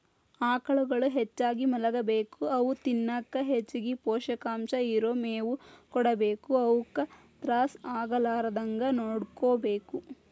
ಆಕಳುಗಳು ಹೆಚ್ಚಾಗಿ ಮಲಗಬೇಕು ಅವು ತಿನ್ನಕ ಹೆಚ್ಚಗಿ ಪೋಷಕಾಂಶ ಇರೋ ಮೇವು ಕೊಡಬೇಕು ಅವುಕ ತ್ರಾಸ ಆಗಲಾರದಂಗ ನೋಡ್ಕೋಬೇಕು